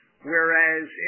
whereas